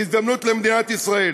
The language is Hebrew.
זו הזדמנות למדינת ישראל.